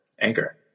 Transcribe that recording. anchor